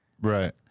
Right